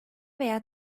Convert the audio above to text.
veya